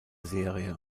serie